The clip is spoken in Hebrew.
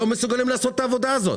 לא מסוגלים לעשות את העבודה הזאת?